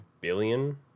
billion